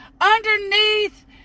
underneath